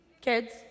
Kids